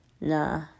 Nah